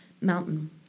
mountain